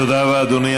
תודה רבה, אדוני.